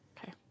Okay